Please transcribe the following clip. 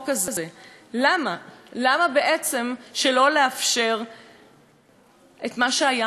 למה בעצם לא לאפשר את מה שהיה מותר ואת מה שהתאפשר?